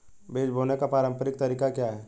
बीज बोने का पारंपरिक तरीका क्या है?